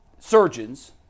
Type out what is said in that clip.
surgeons